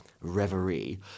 reverie